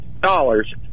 dollars